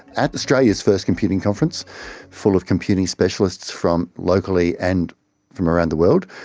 at australia's first computing conference full of computing specialists, from locally and from around the world.